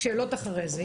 שאלות אחרי זה.